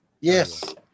Yes